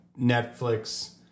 netflix